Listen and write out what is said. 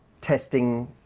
testing